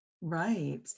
Right